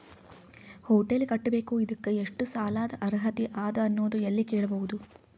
Hotel ಕಟ್ಟಬೇಕು ಇದಕ್ಕ ಎಷ್ಟ ಸಾಲಾದ ಅರ್ಹತಿ ಅದ ಅನ್ನೋದು ಎಲ್ಲಿ ಕೇಳಬಹುದು?